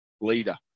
leader